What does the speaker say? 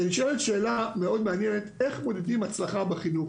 ונשאלת שאלה מאוד מעניינת איך מודדים הצלחה בחינוך.